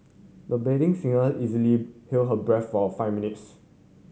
the budding singer easily held her breath for five minutes